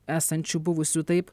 esančių buvusių taip